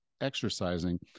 exercising